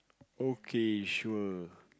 okay sure